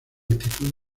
altitud